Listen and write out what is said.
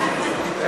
את